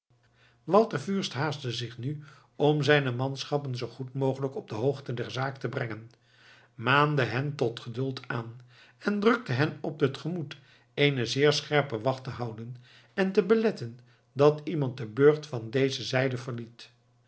walter fürst haastte zich nu om zijne manschappen zoo goed mogelijk op de hoogte der zaak te brengen maande hen tot geduld aan en drukte hen op het gemoed eene zeer scherpe wacht te houden en te beletten dat iemand den burcht van deze zijde